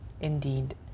indeed